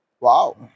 Wow